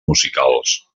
musicals